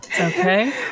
Okay